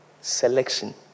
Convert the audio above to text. selection